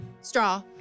Straw